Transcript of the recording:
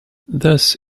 thus